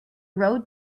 rode